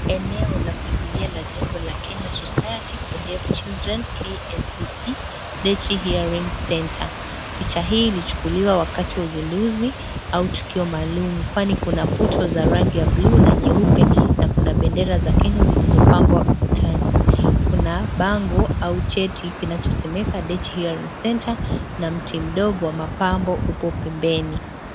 Eneo la kuingilia la Kenya Society for Deaf chidren KSDC Dechi Hearing Center, picha hii ilichukuliwa wakati wa usinduzi au tukio maluum kwani kuna puto za rangi ya bluu na nyeupe na kuna bendera za kenya zilizo pambwa ukutani, kuna bango au jeti kinachosemeka Dechi hearing center na mti mdogo wa mapambo upo pembeni.